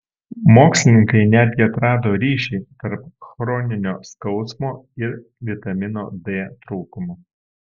mokslininkai netgi atrado ryšį tarp chroninio skausmo ir vitamino d trūkumo